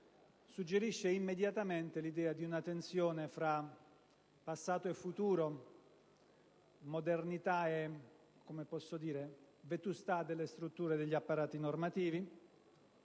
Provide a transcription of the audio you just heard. suggerisce immediatamente l'idea di una tensione fra passato e futuro, fra modernità e vetustà delle strutture degli apparati normativi,